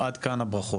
עד כאן הברכות.